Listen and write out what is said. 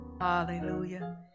Hallelujah